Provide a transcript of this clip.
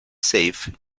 safe